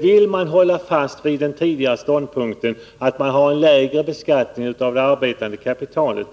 Vill man hålla fast vid den tidigare ståndpunkten att det skall vara lägre beskattning av det arbetande kapitalet,